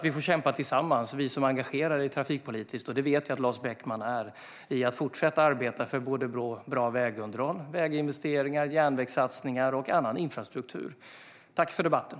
Vi som är engagerade trafikpolitiskt, och det vet jag att Lars Beckman är, får därför fortsätta att kämpa och arbeta tillsammans för bra vägunderhåll, väginvesteringar, järnvägssatsningar och annan infrastruktur. Än en gång, tack för debatten!